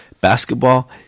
basketball